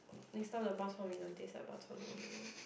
next time the bak-chor-mee don't taste like bak-chor-mee anymore